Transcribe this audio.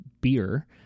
beer